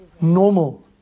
normal